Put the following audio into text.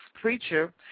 preacher